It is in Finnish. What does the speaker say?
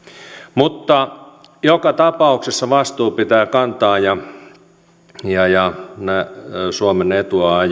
mutta joka tapauksessa vastuu pitää kantaa ja ja suomen etua